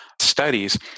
studies